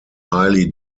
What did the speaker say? highly